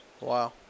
Wow